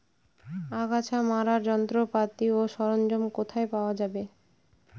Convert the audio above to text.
আগাছা মারার যন্ত্রপাতি ও সরঞ্জাম কোথায় পাওয়া যাবে?